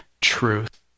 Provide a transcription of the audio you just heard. truth